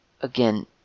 Again